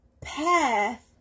path